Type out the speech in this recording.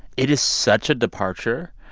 it is such a departure